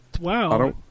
wow